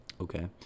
Okay